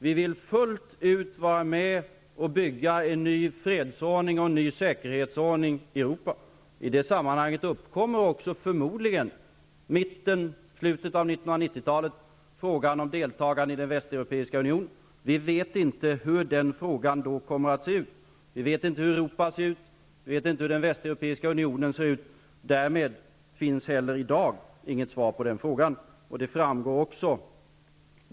Vi vill fullt ut vara med och bygga en ny fredsordning och en ny säkerhetsordning i Europa. I detta sammanhang uppkommer också, förmodligen i mitten av eller i slutet av 1990-talet, frågan om deltagande i Västeuropeiska unionen. Vi vet inte hur den frågan då kommer att se ut. Vi vet inte hur Europa då ser ut, och vi vet inte hur Västeuropeiska unionen ser ut. Därmed finns det i dag inget svar på den frågan.